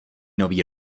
nový